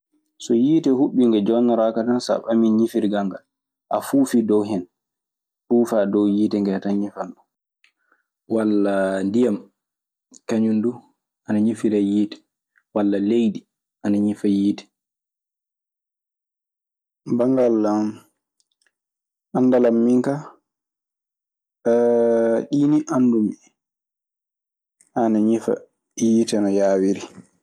So yiite huɓɓi nge joonoraaka tan sa a ɓamii ñifirgal ngal. A fuufi dow hen, puufaa dow yiite ngee tan ñifan ɗum. Walla ndiyan kañun duu ana ñifiree yiite, walla leydi ana ñifa yiyte. Banngal anndal an min ka ɗii nii anndumi ana ñifa yiite no yaawiri.